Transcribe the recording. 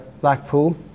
Blackpool